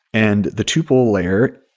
and the tuple layer,